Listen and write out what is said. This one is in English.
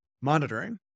monitoring